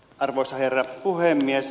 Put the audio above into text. arvoisa herra puhemies